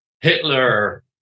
Hitler